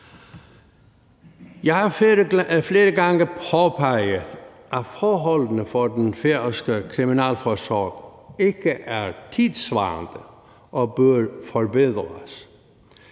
Jeg har flere gange påpeget, at forholdene for den færøske kriminalforsorg ikke er tidssvarende og bør forbedres.